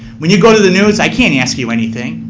when you go to the news, i can't ask you anything.